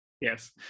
Yes